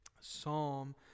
psalm